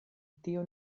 tio